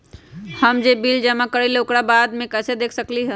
हम जे बिल जमा करईले ओकरा बाद में कैसे देख सकलि ह?